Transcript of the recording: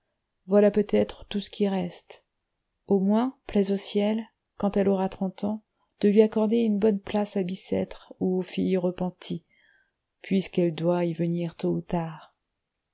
voilà peut-être tout ce qui reste au moins plaise au ciel quand elle aura trente ans de lui accorder une bonne place à bicêtre ou aux filles repenties puisqu'elle doit y venir tôt ou tard